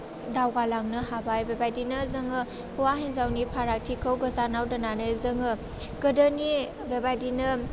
दावगालांनो हाबाय बेबायदिनो जोङो हौवा हिन्जावनि फरागथिखौ गोजानाव दोन्नानै जोङो गोदोनि बेबायदिनो